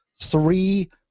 three